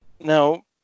Now